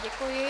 Děkuji.